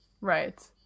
right